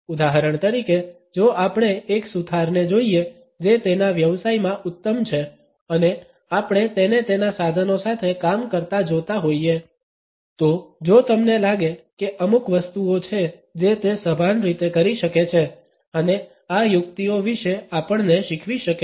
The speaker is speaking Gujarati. ઉદાહરણ તરીકે જો આપણે એક સુથારને જોઈએ જે તેના વ્યવસાયમાં ઉત્તમ છે અને આપણે તેને તેના સાધનો સાથે કામ કરતા જોતા હોઈએ તો જો તમને લાગે કે અમુક વસ્તુઓ છે જે તે સભાન રીતે કરી શકે છે અને આ યુક્તિઓ વિશે આપણને શીખવી શકે છે